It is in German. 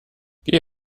geh